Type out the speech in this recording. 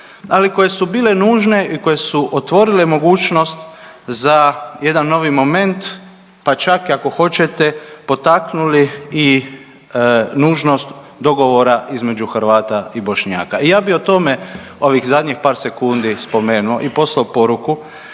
ali koje su bile nužne i koje su otvorile mogućnost za jedan novi moment, pa čak i ako hoćete potaknuli i nužnost dogovora između Hrvata i Bošnjaka. I ja bi o tome ovih zadnjih par sekundi spomenuo i poslao poruku